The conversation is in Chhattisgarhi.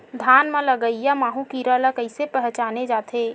धान म लगईया माहु कीरा ल कइसे पहचाने जाथे?